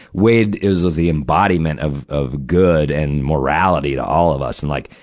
wade is the embodiment of, of good and morality to all of us. and, like,